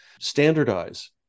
standardize